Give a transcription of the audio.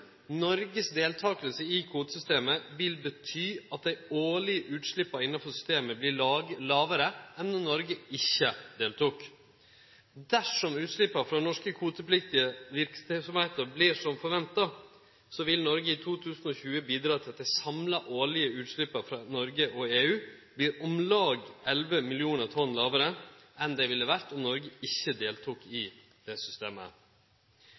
Noregs deltaking i kvotesystemet vil bety at dei årlege utsleppa innanfor systemet vert lågare enn dei ville ha vore om Noreg ikkje deltok. Dersom utsleppa frå norske kvotepliktige verksemder vert som forventa, vil Noreg i 2020 bidra til at dei samla årlege utsleppa frå Noreg og EU vert om lag 11 millionar tonn lågare enn dei ville ha vore om Noreg ikkje deltok i dette systemet.